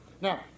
Now